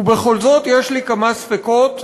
ובכל זאת יש לי כמה ספקות,